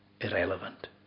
irrelevant